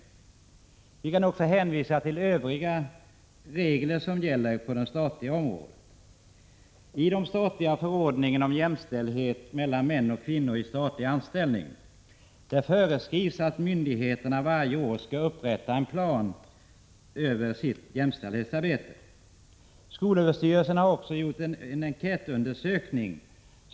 Man kan också hänvisa till de övriga regler som gäller på det statliga området. I den statliga förordningen om jämställdhet mellan män och kvinnor i statlig anställning föreskrivs att myndigheterna varje år skall upprätta en plan över sitt jämställdhetsarbete. Skolöverstyrelsen har också gjort en enkätundersökning.